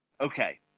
Okay